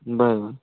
बरं बरं